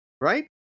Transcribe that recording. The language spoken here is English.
right